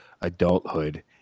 adulthood